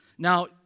Now